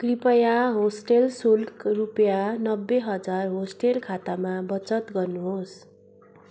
कृपया होस्टेल शुल्क रुपियाँ नब्बे हजार होस्टेल खातामा बचत गर्नुहोस्